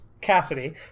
Cassidy